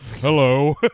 hello